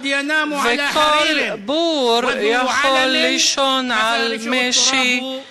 וכל בור יכול לישון על משי,